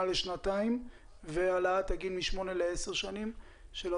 לשנתיים והעלאת הגיל משמונה לעשר שנים?